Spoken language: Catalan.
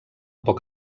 poc